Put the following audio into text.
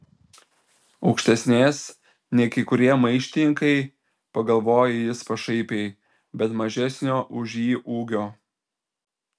aukštesnės nei kai kurie maištininkai pagalvojo jis pašaipiai bet mažesnio už jį ūgio